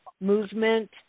movement